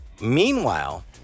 Meanwhile